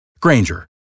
Granger